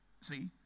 See